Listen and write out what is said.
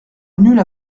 nulle